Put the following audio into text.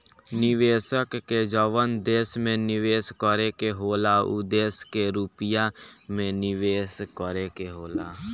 निवेशक के जवन देश में निवेस करे के होला उ देश के रुपिया मे निवेस करे के होला